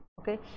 okay